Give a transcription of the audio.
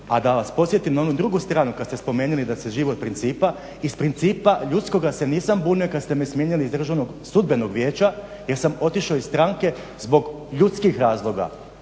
A da vas podsjetim na onu drugu stranu kad ste spomenuli da se živi od principa, iz principa ljudskoga se nisam bunio kad ste me smijenili iz Državnog sudbenog vijeća jer sam otišao iz stranke zbog ljudskih razloga,